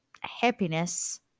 happiness